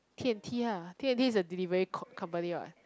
t_n_t lah t_n_t is the delivery co~ company what